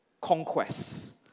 conquests